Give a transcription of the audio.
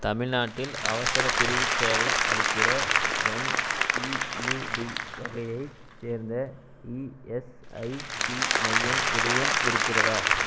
தமிழ்நாட்டில் அவசரப் பிரிவு சேவை அளிக்கிற எம்இயுடி வகையைச் சேர்ந்த இஎஸ்ஐசி மையம் எதுவும் இருக்கிறதா